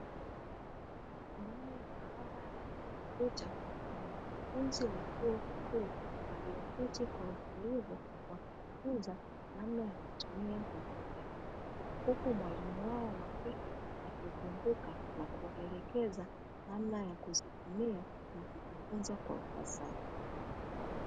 Ndani ya maabara ya kompyuta kuna wanafunzi wa chuo kikuu walioketi kwa utulivu na kujifunza namna ya kutumia kompyuta. Huku mwalimu wao wa kike akizunguka na kuwaelekeza namna ya kuzitumia na kujifunza kwa ufasaha.